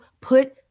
Put